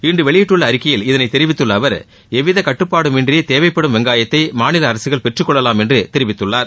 இன்று வெளியிட்டுள்ள அறிக்கையில் இதனை தெரிவித்துள்ள அவர் எவ்வித கட்டுப்பாடும் இன்றி தேவைப்படும் வெங்காயத்தை மாநில அரசுகள் பெற்றுக்கொள்ளலாம் என்று தெரிவித்துள்ளார்